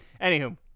anywho